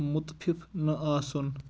مُتفِف نہٕ آسُن